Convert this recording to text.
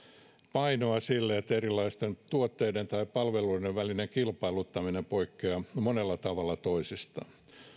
painoa sille että erilaisten tuotteiden tai palveluiden kilpailuttaminen poikkeavat monella tavalla toisistaan